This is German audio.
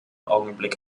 augenblick